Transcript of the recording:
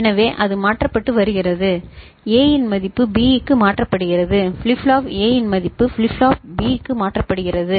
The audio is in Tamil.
எனவே அது மாற்றப்பட்டு வருகிறது A இன் மதிப்பு B க்கு மாற்றப்படுகிறது flip flop Aன் மதிப்பு பிளிப் ஃப்ளாப் B க்கு மாற்றப்படுகிறது